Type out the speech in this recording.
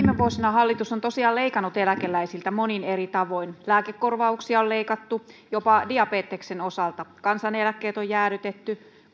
hallitus on tosiaan leikannut eläkeläisiltä monin eri tavoin lääkekorvauksia on leikattu jopa diabeteksen osalta kansaneläkkeet on jäädytetty